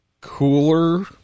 Cooler